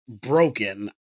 Broken